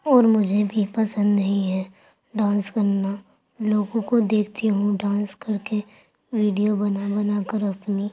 اور مجھے بھی پسند نہیں ہے ڈانس کرنا لوگوں کو دیکھتی ہوں ڈانس کر کے ویڈیو بنا بنا کر اپنی